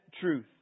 truth